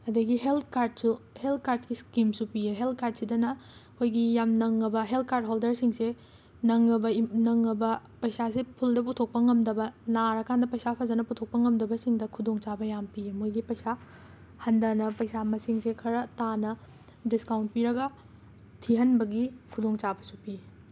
ꯑꯗꯒꯤ ꯍꯦꯜꯠ ꯀꯥꯔꯠꯁꯨ ꯍꯦꯜꯠ ꯀꯥꯔꯠꯀꯤ ꯁ꯭ꯀꯤꯝꯁꯨ ꯄꯤꯌꯦ ꯍꯦꯜꯠ ꯀꯥꯔꯠꯁꯤꯗꯅ ꯑꯩꯈꯣꯏꯒꯤ ꯌꯥꯝꯅ ꯅꯡꯉꯕ ꯍꯦꯜꯠ ꯀꯥꯔꯠ ꯍꯣꯜꯗꯔꯁꯤꯡꯁꯦ ꯅꯡꯉꯕ ꯏꯝ ꯅꯡꯉꯕ ꯄꯩꯁꯥꯁꯦ ꯐꯨꯜꯗ ꯄꯨꯊꯣꯛꯄ ꯉꯝꯗꯕ ꯅꯥꯔꯀꯥꯟꯗ ꯄꯩꯁꯥ ꯐꯖꯅ ꯄꯨꯊꯣꯛꯄ ꯉꯝꯗꯕꯁꯤꯡꯗ ꯈꯨꯗꯣꯡꯆꯥꯕ ꯌꯥꯝꯅ ꯄꯤꯌꯦ ꯃꯣꯏꯒꯤ ꯄꯩꯁꯥ ꯍꯟꯗꯅ ꯄꯩꯁꯥ ꯃꯁꯤꯡꯁꯦ ꯈꯔ ꯇꯥꯅ ꯗꯤꯁꯀꯥꯎꯟ ꯄꯤꯔꯒ ꯊꯤꯍꯟꯕꯒꯤ ꯈꯨꯗꯣꯡꯆꯥꯕꯁꯨ ꯄꯤ